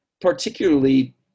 particularly